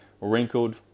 wrinkled